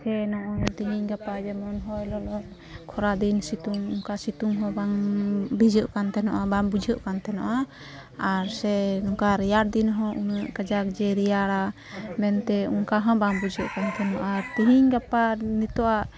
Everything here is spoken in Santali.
ᱥᱮ ᱱᱚᱜᱼᱚᱭ ᱛᱮᱦᱮᱧ ᱜᱟᱯᱟ ᱡᱮᱢᱚᱱ ᱦᱚᱭ ᱞᱚᱞᱚ ᱠᱷᱚᱨᱟᱫᱤᱱ ᱥᱤᱛᱩᱝ ᱚᱱᱠᱟ ᱥᱤᱛᱩᱝᱦᱚᱸ ᱵᱟᱝᱻ ᱛᱮᱦᱮᱱᱚᱜᱼᱟ ᱵᱟᱝᱵᱷᱤᱡᱟᱹᱜᱠᱟᱱ ᱛᱮᱦᱮᱨᱱᱚᱜᱼᱟ ᱵᱟᱝ ᱵᱩᱡᱷᱟᱹᱜᱠᱟᱱ ᱛᱮᱦᱮᱱᱚᱜᱼᱟ ᱟᱨ ᱥᱮ ᱚᱵᱱᱠᱟ ᱨᱮᱭᱟᱲᱫᱤᱱ ᱦᱚᱸ ᱩᱱᱟᱹᱜ ᱠᱟᱡᱟᱠ ᱡᱮ ᱨᱮᱭᱟᱲᱟ ᱢᱮᱱᱛᱮ ᱚᱝᱠᱟᱦᱚᱸ ᱵᱟᱝ ᱵᱩᱡᱷᱟᱹᱜ ᱠᱟᱱ ᱛᱮᱦᱮᱱᱚᱜᱼᱟ ᱟᱨ ᱛᱮᱦᱮᱧ ᱜᱟᱯᱟ ᱱᱤᱛᱚᱜᱼᱟᱜ